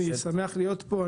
אני שמח להיות פה.